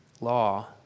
law